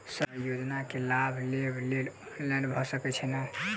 Sir योजना केँ लाभ लेबऽ लेल ऑनलाइन भऽ सकै छै नै?